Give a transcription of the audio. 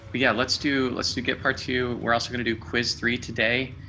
but yeah, let's do, let's do get part two. we're also going to do quiz three today.